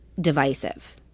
divisive